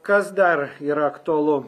kas dar yra aktualu